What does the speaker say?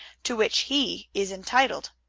to which he is entitled.